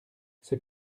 c’est